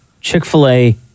Chick-fil-A